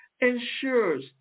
ensures